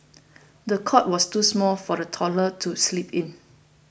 the cot was too small for the toddler to sleep in